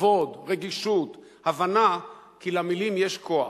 כבוד, רגישות, הבנה שלמלים יש כוח.